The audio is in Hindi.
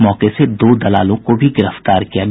मौके से दो दलालों को भी गिरफ्तार किया गया